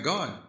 God